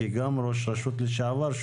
גם כראש רשות לשעבר,